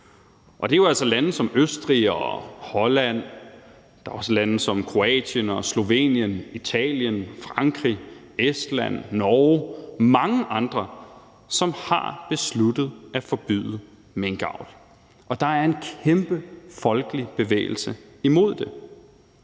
og Holland, og der er også lande som Kroatien og Slovenien, Italien, Frankrig, Estland, Norge og mange andre, som har besluttet at forbyde minkavl, og der er en kæmpe folkelig bevægelse imod det.